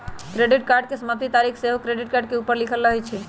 credit card के समाप्ति तारिख सेहो क्रेडिट कार्ड के ऊपर लिखल रहइ छइ